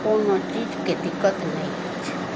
कोनो चीजके दिक्कत नहि अछि